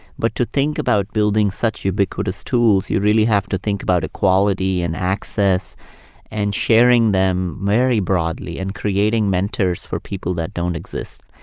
but to think about building such ubiquitous tools, you really have to think about equality and access and sharing them very broadly and creating mentors for people that don't exist.